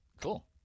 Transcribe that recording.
Cool